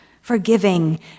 forgiving